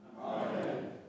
Amen